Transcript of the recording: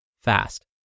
fast